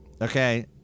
okay